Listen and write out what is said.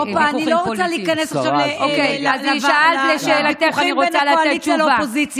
אני לא רוצה להיכנס עכשיו לוויכוחים בין קואליציה לאופוזיציה.